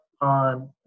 on